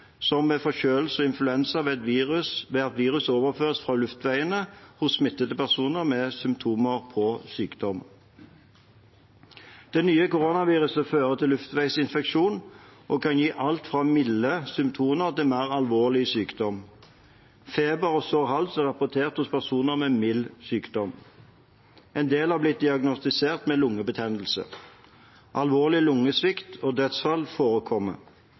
som ved forkjølelse og influensa – ved at virus overføres fra luftveiene hos smittede personer med symptomer på sykdom. Det nye koronaviruset fører til luftveisinfeksjon og kan gi alt fra milde symptomer til mer alvorlig sykdom. Feber og sår hals er rapportert hos personer med mild sykdom. En del har blitt diagnostisert med lungebetennelse. Alvorlig lungesvikt og dødsfall